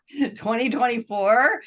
2024